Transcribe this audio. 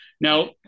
Now